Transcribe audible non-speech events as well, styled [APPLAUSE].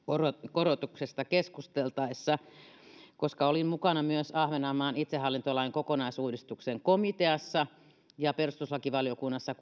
korotuksesta keskusteltaessa koska olin mukana myös ahvenanmaan itsehallintolain kokonaisuudistuksen komiteassa ja perustuslakivaliokunnassa [UNINTELLIGIBLE]